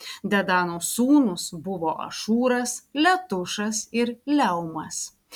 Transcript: dedano sūnūs buvo ašūras letušas ir leumas